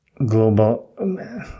Global